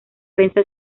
prensa